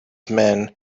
men